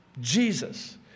Jesus